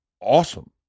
awesome